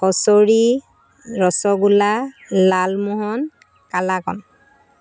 কচুৰি rasgulla lalmohan কালাকন